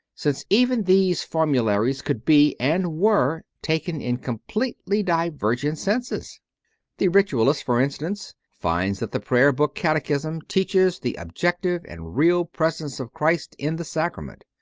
since even these formularies could be, and were, taken in completely divergent senses the ritualist, for instance, finds that the prayer book catechism teaches the objective and real presence of christ in the sacrament,